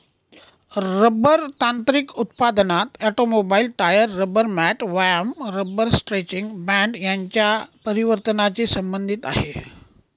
rubber तांत्रिक उत्पादनात automobile, tyre, rubber mat, व्यायाम रबर स्ट्रेचिंग बँड यांच्या परिवर्तनाची संबंधित आहे